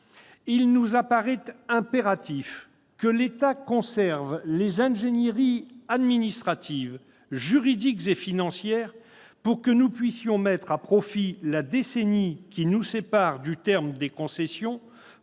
il nous apparaît impératif que l'État conserve les ingénieries administratives, juridiques et financières nécessaires pour que nous puissions mettre à profit la décennie qui nous sépare du terme des concessions